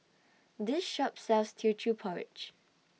This Shop sells Teochew Porridge